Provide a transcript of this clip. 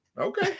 Okay